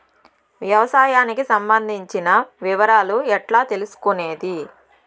వ్యవసాయానికి సంబంధించిన వివరాలు ఎట్లా తెలుసుకొనేది?